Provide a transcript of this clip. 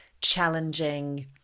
challenging